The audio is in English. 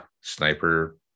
Sniper